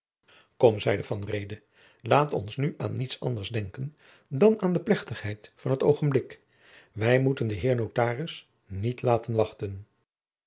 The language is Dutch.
kom zeide van reede laat ons nu aan niets anders denken dan aan de plechtigheid van het oogenblik wij moeten den heer notaris niet laten wachten